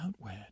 outward